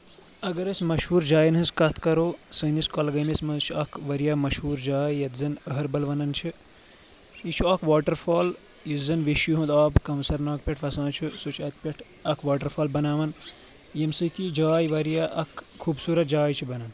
اگر أسۍ مشہوٗر جاین ہٕنٛز کتھ کرو سٲنِس کۄلگٲمِس منٛز چھُ اکھ واریاہ مشہوٗر جاے یتھ زن اَہربل ونان چھِ یہِ چھُ اکھ واٹر فال یُس زن ویشی ہُنٛد آب کوسر ناگ پؠٹھ وَسان چھُ سُہ چھُ اتہِ پؠٹھ اکھ واٹر فال بناوان ییٚمہِ سۭتۍ یہِ جاے واریاہ اکھ خوٗبصوٗرت جاے چھِ بنان